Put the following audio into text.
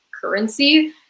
currency